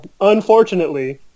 unfortunately